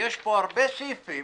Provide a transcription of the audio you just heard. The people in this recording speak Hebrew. ויש פה הרבה סעיפים